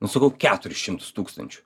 nu sakau keturis šimtus tūkstančių